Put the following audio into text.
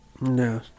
no